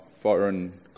foreign